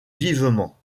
vivement